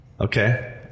Okay